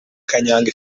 kanyanga